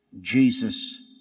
Jesus